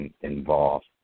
involved